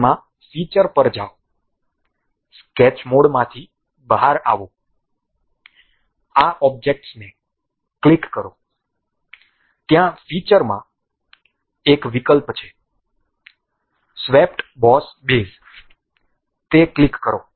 હવે તેમાં ફીચર પર જાઓ સ્કેચ મોડમાંથી બહાર આવો આ ઓબ્જેક્ટને ક્લિક કરો ત્યાં ફીચરમાં એક વિકલ્પ છે સ્વેપટ બોસ બેઝ તે ક્લિક કરો